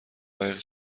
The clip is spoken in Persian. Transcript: قایق